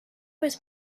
was